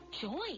joy